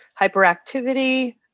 hyperactivity